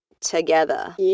together